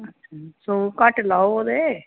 अच्छा सौ घट्ट लाओ ओह्दे